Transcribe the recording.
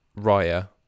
Raya